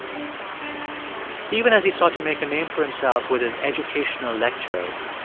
of fascism even as he sought to make a name for himself with his educational lectures,